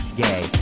gay